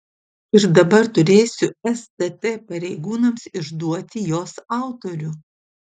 ir dabar turėsiu stt pareigūnams išduoti jos autorių